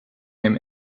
him